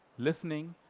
listening,